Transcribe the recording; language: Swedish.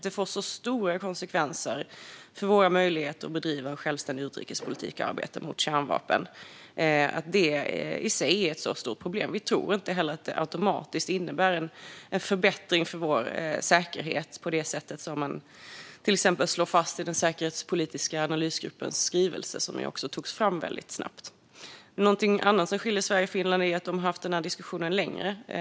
Det får så stora konsekvenser för våra möjligheter att bedriva självständig utrikespolitik och arbete mot kärnvapen, och det är i sig ett stort problem. Vi tror inte heller att det automatiskt innebär en förbättring för vår säkerhet på det sätt som slås fast i den säkerhetspolitiska analysgruppens skrivelse, som också togs fram väldigt snabbt. Något annat som skiljer sig mellan Sverige och Finland är att de har haft diskussionen under en längre tid.